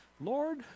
Lord